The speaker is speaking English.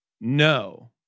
No